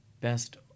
best